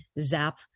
zap